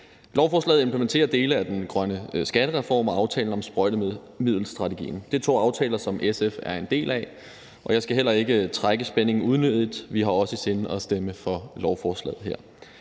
Lovforslaget implementerer dele af den grønne skattereform og aftalen om sprøjtemiddelstrategien. Det er to aftaler, som SF er en del af, og jeg skal heller ikke trække spændingen unødigt: Vi har også i sinde at stemme for lovforslaget her.